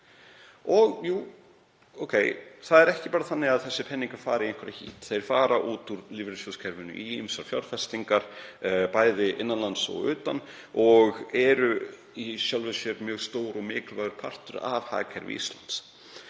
Og jú, ókei, það er ekki bara þannig að þessir peningar fari í einhverja hít. Þeir fara út úr lífeyrissjóðakerfinu í ýmsar fjárfestingar, bæði innan lands og utan, og eru í sjálfu sér mjög stór og mikilvægur partur af hagkerfi Íslands.